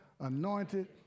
anointed